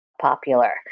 popular